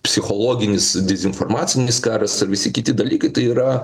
psichologinis dezinformacinis karas ir visi kiti dalykai tai yra